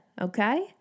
Okay